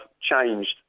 changed